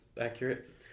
accurate